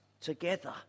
together